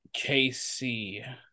KC